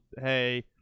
hey